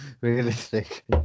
realistic